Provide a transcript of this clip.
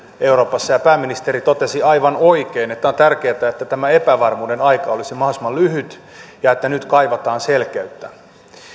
euroopassa ja pääministeri totesi aivan oikein että on tärkeätä että tämä epävarmuuden aika olisi mahdollisimman lyhyt ja että nyt kaivataan selkeyttä